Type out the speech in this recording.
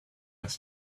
its